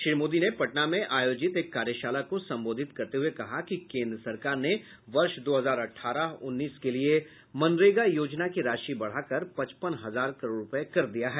श्री मोदी ने पटना में आयोजित एक कार्यशाला को संबोधित करते हुए कहा कि केन्द्र सरकार ने वर्ष दो हजार अठारह उन्नीस के लिए मनरेगा योजना की राशि बढाकर पचपन हजार करोड़ रूपये कर दिया है